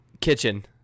Kitchen